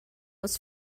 was